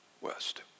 west